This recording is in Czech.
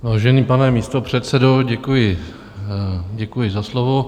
Vážený pane místopředsedo, děkuji za slovo.